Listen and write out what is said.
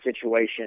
situation